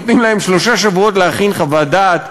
נותנים להם שלושה שבועות להכין חוות דעת.